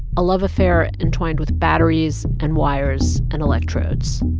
a love affair entwined with batteries and wires and electrodes,